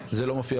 זה לא מופיע כאן.